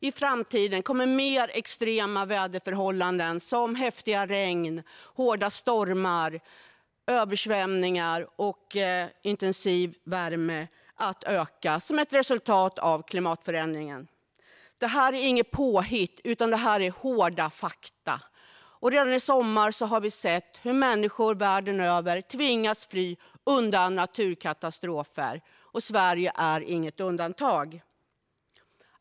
I framtiden kommer mer extrema väderförhållanden, som häftiga regn, hårda stormar, översvämningar och intensiv värme, att öka som ett resultat av klimatförändringen. Detta är inget påhitt. Det är hårda fakta. Redan i sommar har vi sett hur människor världen över tvingats fly undan naturkatastrofer, och Sverige är inget undantag.